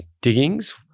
diggings